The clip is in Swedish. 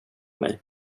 mig